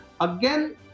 again